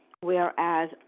whereas